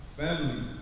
family